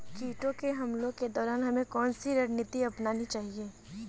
कीटों के हमलों के दौरान हमें कौन सी रणनीति अपनानी चाहिए?